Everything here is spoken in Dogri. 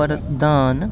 प्रदान